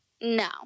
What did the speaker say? No